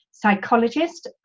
psychologist